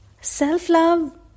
Self-love